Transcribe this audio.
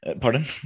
Pardon